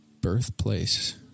birthplace